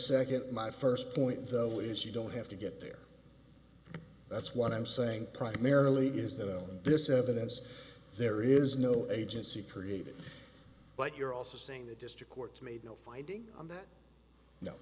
second my first point though is you don't have to get there that's what i'm saying primarily is that on this evidence there is no agency created but you're also saying the district court made no finding on that no